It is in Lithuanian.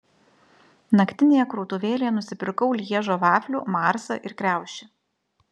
naktinėje krautuvėlėje nusipirkau lježo vaflių marsą ir kriaušę